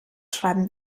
schreiben